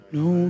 no